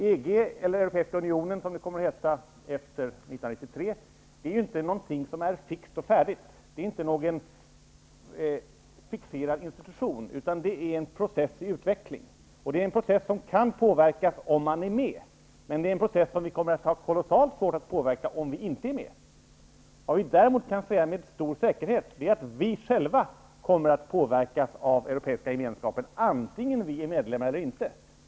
EG, eller Europeiska unionen som det kommer att heta efter 1993, är inte något som är fixt och färdigt. Det är ingen fixerad institution, utan det är en process i utveckling. Det är en process som man kan påverka om man är med. Men det är en process som vi kommer att få kolossalt svårt att påverka om vi inte är med. Däremot kan vi säga med stor säkerhet att vi själva kommer att påverkas av Europeiska gemenskapen oavsett om vi är medlemmar eller inte.